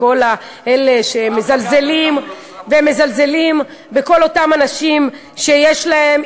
וכל אלה שמזלזלים בכל אותם אנשים שיש להם,